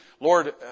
Lord